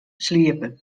sliepe